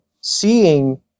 seeing